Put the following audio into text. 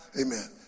Amen